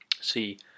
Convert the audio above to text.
See